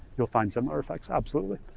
you'll find some other effects absolutely.